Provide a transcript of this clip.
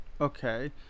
Okay